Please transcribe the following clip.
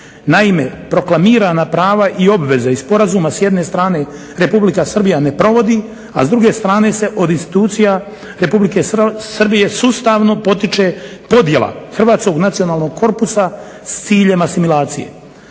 Naime, proklamirana prava i obveze iz sporazuma s jedne strane Republika Srbija ne provodi, a s druge strane se od institucija Republike Srbije sustavno potiče podjela hrvatskog nacionalnog korpusa s ciljem asimilacije.